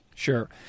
Sure